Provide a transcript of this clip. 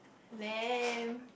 lame